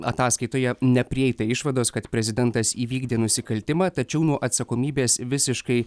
ataskaitoje neprieita išvados kad prezidentas įvykdė nusikaltimą tačiau nuo atsakomybės visiškai